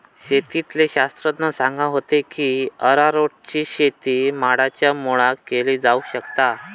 शेतीतले शास्त्रज्ञ सांगा होते की अरारोटची शेती माडांच्या मुळाक केली जावक शकता